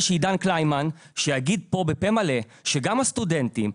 שעידן קלימן יגיד פה בפה מלא שגם הסטודנטים,